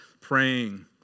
praying